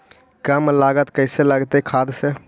कम लागत कैसे लगतय खाद से?